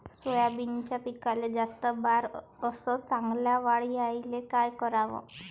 सोयाबीनच्या पिकाले जास्त बार अस चांगल्या वाढ यायले का कराव?